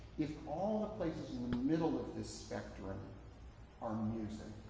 if all the places in the middle of this spectrum are music